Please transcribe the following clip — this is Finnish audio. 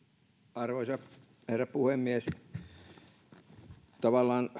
arvoisa herra puhemies tavallaan